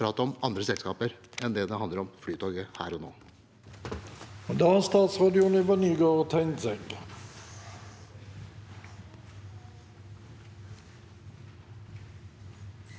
og prate om andre selskaper enn det det handler om, nemlig Flytoget her og nå.